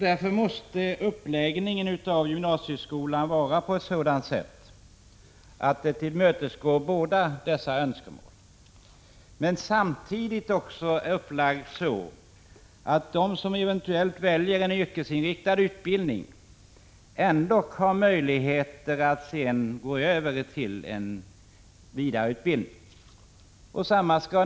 Därför måste uppläggningen av gymnasieskolan vara utformad på ett sådant sätt att den tillgodoser båda dessa önskemål. Men den måste samtidigt också vara utformad så att de som eventuellt väljer en yrkesinriktad utbildning ändock har möjligheter att senare gå över till en vidareutbildning.